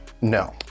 No